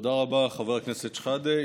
תודה רבה, חבר הכנסת שחאדה.